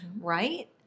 right